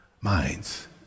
minds